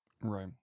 Right